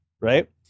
right